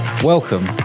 Welcome